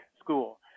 School